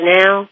now